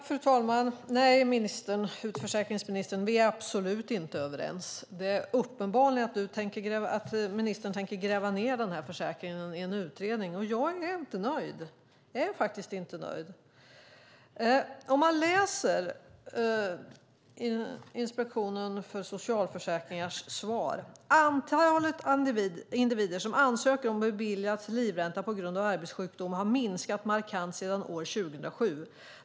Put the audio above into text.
Fru talman! Nej, utförsäkringsministern, vi är absolut inte överens. Uppenbarligen tänker ministern gräva ned försäkringen i en utredning. Jag är inte nöjd. I svaret från Inspektionen för socialförsäkringen står det: "Antalet individer som ansöker om och beviljas livränta på grund av arbetssjukdom har minskat markant sedan år 2007.